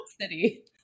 city